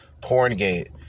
Porngate